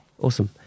Awesome